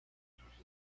sus